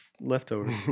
leftovers